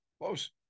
close